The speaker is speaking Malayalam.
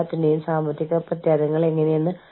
വീണ്ടും ഇത് പുസ്തകത്തിൽ നിന്നുള്ളതാണ്